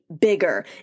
bigger